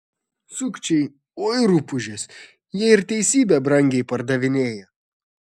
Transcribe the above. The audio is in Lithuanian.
sukčiai oi rupūžės jie ir teisybę brangiai pardavinėja